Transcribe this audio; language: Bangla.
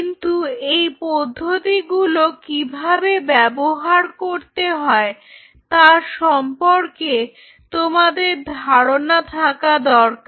কিন্তু এই পদ্ধতিগুলো কিভাবে ব্যবহার করতে হয় তা সম্পর্কে তোমাদের ধারণা থাকা দরকার